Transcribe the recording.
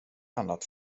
annat